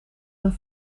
hun